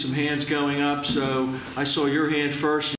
some hands going up so i saw your heated first